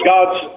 God's